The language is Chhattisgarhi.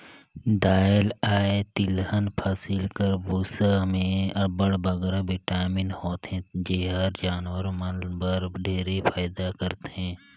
दाएल अए तिलहन फसिल कर बूसा में अब्बड़ बगरा बिटामिन होथे जेहर जानवर मन बर ढेरे फएदा करथे